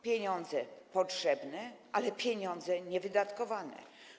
Pieniądze potrzebne, ale to pieniądze niewydatkowane.